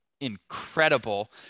incredible